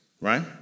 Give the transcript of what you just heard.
right